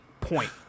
point